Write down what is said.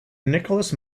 nicholas